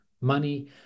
money